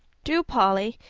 do, polly,